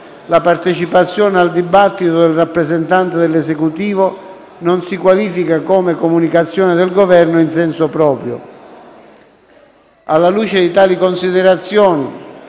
la partecipazione al dibattito del rappresentante dell'Esecutivo non si qualifica come "comunicazioni del Governo" in senso proprio. Alla luce di tali considerazioni,